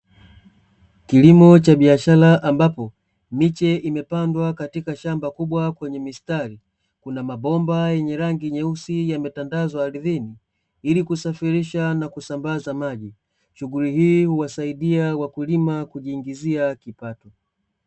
Kilimo cha biashara ambapo miche imepandwa katika shamba kubwa, kwenye mistari kuna mabomba yenye rangi nyeusi yametandazwa ardhini ili kusafirisha na kusambaza maji, shughuli hii huwasaidia wakulima kujiingizia kipato.